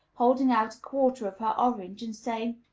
holding out a quarter of her orange, and saying,